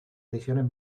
prisiones